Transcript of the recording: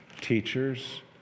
teachers